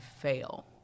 fail